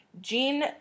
Jean